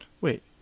Wait